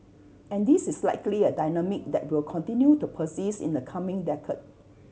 and this is likely a dynamic that will continue to persist in the coming decade